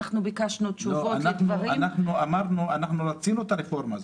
ביקשנו תשובות לדברים --- רצינו את הרפורמה הזאת.